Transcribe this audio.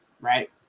right